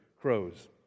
crows